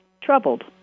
troubled